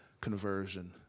conversion